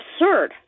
absurd